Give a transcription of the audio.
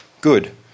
good